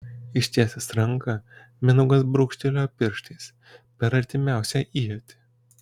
ištiesęs ranką mindaugas brūkštelėjo pirštais per artimiausią ietį